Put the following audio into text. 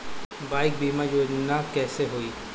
Bike बीमा योजना कैसे होई?